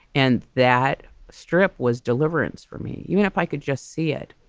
and that strip was deliverance for me. you know, if i could just see it.